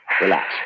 Relax